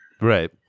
right